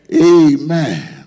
Amen